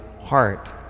heart